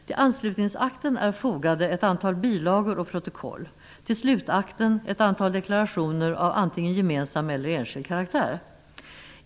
Till Anslutningsakten är fogade ett antal bilagor och protokoll; till Slutakten ett antal deklarationer, av antingen gemensam eller enskild karaktär.